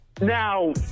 Now